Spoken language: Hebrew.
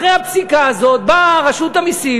אחרי הפסיקה הזאת באה רשות המסים